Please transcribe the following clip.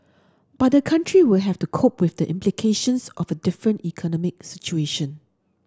but the country will have to cope with the implications of a different economic situation